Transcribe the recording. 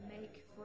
make